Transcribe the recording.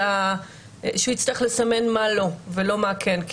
הוא יצטרך לסמן מה לא ולא מה כן.